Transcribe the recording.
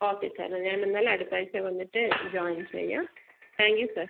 okay sir ഞാൻ എന്നാൽ അടുത്താഴ്ച വന്നിട്ട് ജോയിൻ ചെയ്യാം താങ്ക് യൂ സാർ